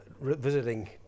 visiting